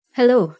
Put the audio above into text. Hello